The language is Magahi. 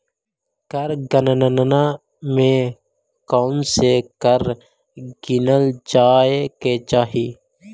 कर गणना में कौनसे कर गिनल जाए के चाही